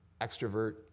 extrovert